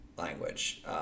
language